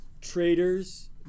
Traitors